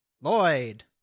Lloyd